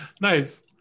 Nice